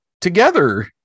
together